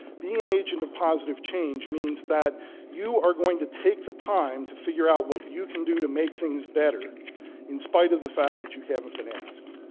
being an agent of positive change means that you are going to take the time to figure out what you can do to make things better in spite of the fact that you haven't been asked.